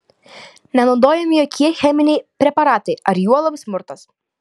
nenaudojami jokie cheminiai preparatai ar juolab smurtas